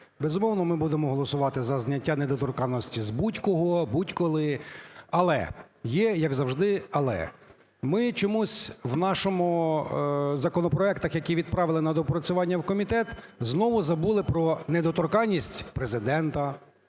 Безумовно, ми будемо голосувати за зняття недоторканності з будь-кого будь-коли, але… є як завжди "але". Ми чомусь в наших законопроектах, які направили на голосування в комітет, знову забули про недоторканність Президента,